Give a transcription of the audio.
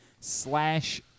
slash